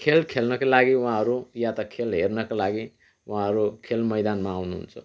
खेल खेल्नको लागि उहाँहरू या त खेल हेर्नुका लागि उहाँहरू खेल मैदानमा आउनुहुन्छ